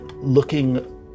looking